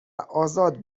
آزاد